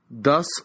thus